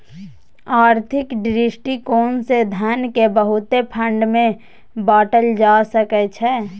आर्थिक दृष्टिकोण से धन केँ बहुते फंड मे बाटल जा सकइ छै